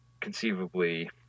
conceivably